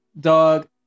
Dog